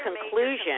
conclusion –